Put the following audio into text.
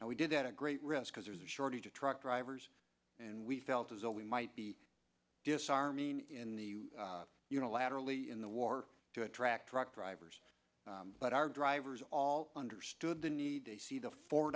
and we did that a great risk because there's a shortage of truck drivers and we well we might be disarming in the unilaterally in the war to attract truck drivers but our drivers all understood the need to see the four